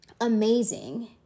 amazing